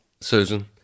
Susan